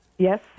Yes